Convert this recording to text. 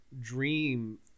dream